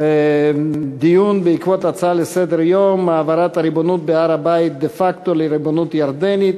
דיון בעקבות הצעה לסדר-היום: העברת הריבונות בהר-הבית דה-פקטו לירדן,